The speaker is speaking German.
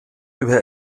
über